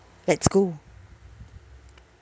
let's go